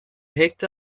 picked